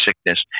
sickness